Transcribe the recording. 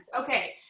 Okay